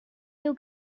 you